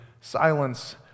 silence